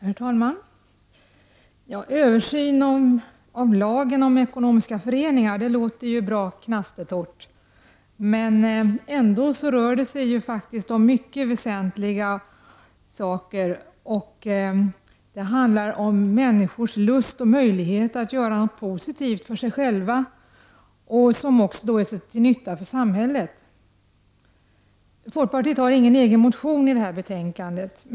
Herr talman! Översyn av lagen om ekonomiska föreningar låter bra knastertorrt. Ändå rör det sig om mycket väsentliga frågor, och det handlar om människors lust och möjlighet att göra något positivt för sig själva, som också är till nytta för hela samhället. Folkpartiet har ingen egen motion i detta betänkande.